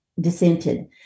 dissented